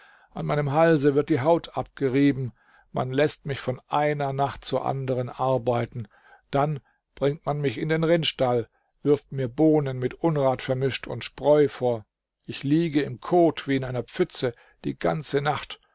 an meinem halse wird die haut abgerieben man läßt mich von einer nacht zur anderen arbeiten dann bringt man mich in den rindstall wirft mir bohnen mit unrat vermischt und spreu vor ich liege im kot wie in einer pfütze die ganze nacht